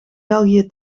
belgië